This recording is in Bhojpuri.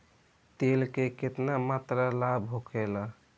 तेल के केतना मात्रा लाभ होखेला?